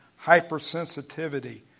hypersensitivity